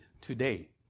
today